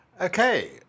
Okay